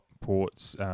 Port's